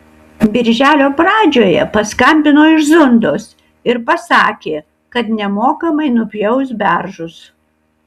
birželio pradžioje paskambino iš zundos ir pasakė kad nemokamai nupjaus beržus